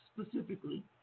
specifically